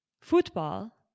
Football